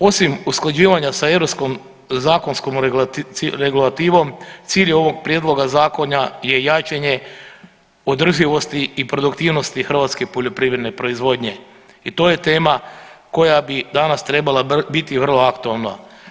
Osim usklađivanja sa europskom zakonskom regulativom cilj je ovog prijedloga zakona je jačanje održivosti i produktivnosti hrvatske poljoprivredne proizvodnje i to je tema koja bi danas trebala biti vrlo aktualna.